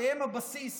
שהן הבסיס